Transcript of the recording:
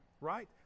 right